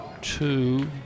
two